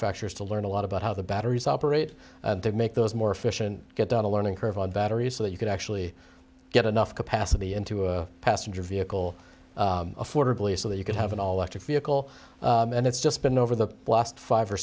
factories to learn a lot about how the batteries operate to make those more efficient get down a learning curve on batteries so that you could actually get enough capacity into a passenger vehicle affordably so that you could have an all electric vehicle and it's just been over the last five or